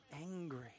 angry